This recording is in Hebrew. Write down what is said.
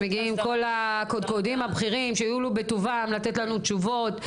שמגיעים כל הקודקודים הבכירים שיואילו בטובם לתת לנו תשובות.